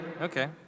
okay